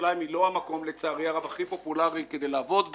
ירושלים לצערי הרב היא לא המקום הכי פופולרי לעבוד בו.